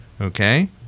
Okay